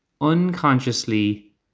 unconsciously